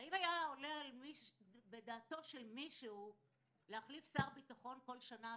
האם היה עולה בדעתו של מישהו להחליף שר ביטחון כל שנה,